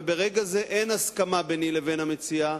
וברגע זה אין הסכמה ביני לבין המציע,